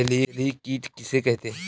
जलीय कीट किसे कहते हैं?